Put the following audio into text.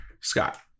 Scott